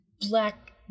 Black